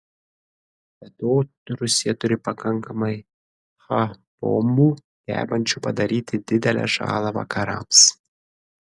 be to rusija turi pakankamai h bombų gebančių padaryti didelę žalą vakarams